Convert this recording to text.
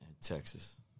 Texas